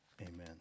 Amen